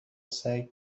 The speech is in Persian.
سعی